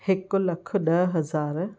हिकु लख ॾह हज़ार